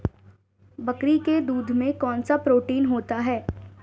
बकरी के दूध में कौनसा प्रोटीन होता है?